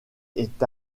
est